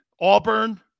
Auburn